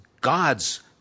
God's